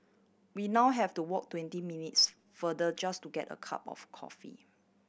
we now have to walk twenty minutes farther just to get a cup of coffee